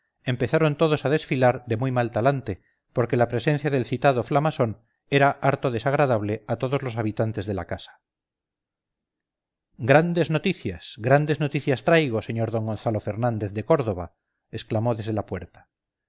empezaron todos adesfilar de muy mal talante porque la presencia del citado flamasón era harto desagradable a todos los habitantes de la casa grandes noticias grandes noticias traigo señor d gonzalo fernández de córdoba exclamó desde la puerta